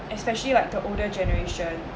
especially like the older generation